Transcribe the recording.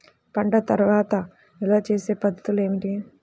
పంట తర్వాత నిల్వ చేసే పద్ధతులు ఏమిటి?